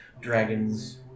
dragons